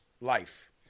life